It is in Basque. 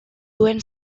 duen